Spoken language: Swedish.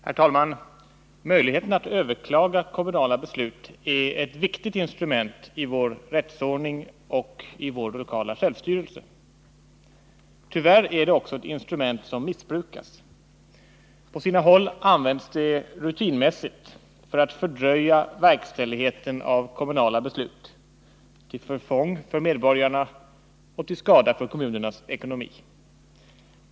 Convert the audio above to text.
Herr talman! Möjligheten att överklaga kommunala beslut är ett viktigt instrument i vår rättsordning och i vår lokala självstyrelse. Tyvärr är det också ett instrument som missbrukas. På sina håll används det rutinmässigt för att fördröja verkställigheten av kommunala beslut, till förfång för medborgarna och till skada för kommunernas ekonomi.